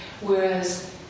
Whereas